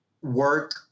work